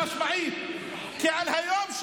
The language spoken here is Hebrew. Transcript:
הכנסת סימון, לא להפריע.